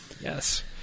Yes